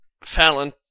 Fallon